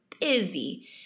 busy